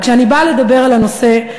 כשאני באה לדבר על הנושא,